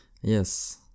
yes